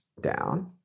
down